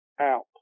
out